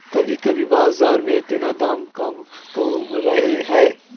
कभी कभी बाजार में इतना दाम कम कहुम रहे है?